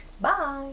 Bye